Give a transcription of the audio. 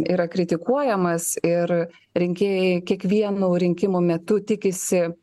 yra kritikuojamas ir rinkėjai kiekvienų rinkimų metu tikisi